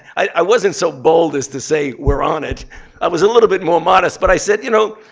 i wasn't so bold as to say, we're on it. i was a little bit more modest. but i said, you know,